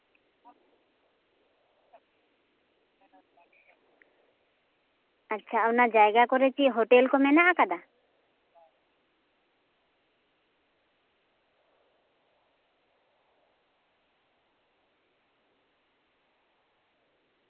ᱟᱪᱪᱷᱟ ᱚᱱᱟ ᱡᱟᱭᱜᱟ ᱠᱚᱨᱮ ᱪᱮᱫ ᱦᱳᱴᱮᱞ ᱠᱚ ᱢᱮᱱᱟᱜ ᱠᱟᱫᱟ